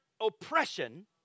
oppression